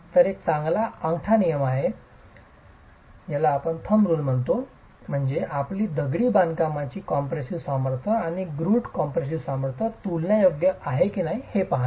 तर एक चांगला अंगठा नियम म्हणजे आपली दगडी बांधकामाची कंपेशिव्ह सामर्थ्य आणि ग्रूट कॉम्प्रेसीव स्ट्रेंग्थ तुलनायोग्य आहे की नाही हे पहाणे